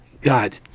God